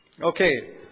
Okay